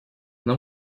нам